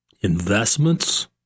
investments